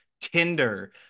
Tinder